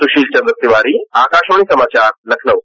सुशीलचंद्र तिवारी आकाशवाणी समाचार लखनऊ